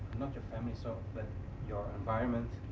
not your family, so but your environment.